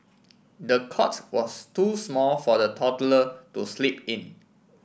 the cot was too small for the toddler to sleep in